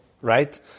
right